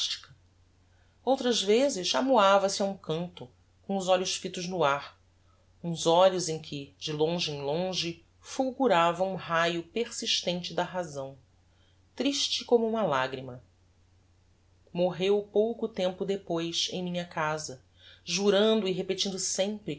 fantastica outras vezes amuava se a um canto com os olhos fitos no ar uns olhos em que de longe em longe fulgurava um raio persistente da razão triste como uma lagrima morreu pouco tempo depois em minha casa jurando e repetindo sempre